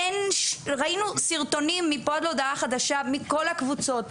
ראינו סרטונים מפה עד להודעה חדשה, מכל הקבוצות.